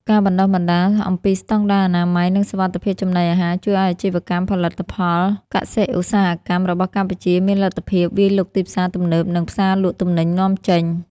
ការបណ្ដុះបណ្ដាលអំពីស្ដង់ដារអនាម័យ និងសុវត្ថិភាពចំណីអាហារ ជួយឱ្យអាជីវកម្មផលិតផលកសិ-ឧស្សាហកម្មរបស់កម្ពុជាមានលទ្ធភាពវាយលុកទីផ្សារទំនើប និងផ្សារលក់ទំនិញនាំចេញ។